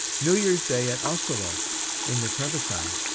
new year's day at asolo in the trevisan.